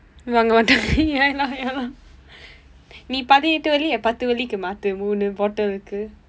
வாங்க மாட்டாங்க:vaangka maatdaangka ya lor ya lor நீ பதினெட்டு வெள்ளியை பத்து வெள்ளிக்கு மாற்று மூன்று:nii pathinetdu velliyai paththu vellikku maarru muunru bottle-ku